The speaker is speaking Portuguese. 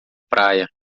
praia